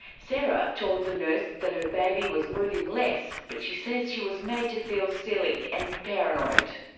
sarah told the nurse that her baby was moving less but she says she was made to feel silly and paranoid.